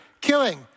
killing